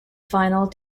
final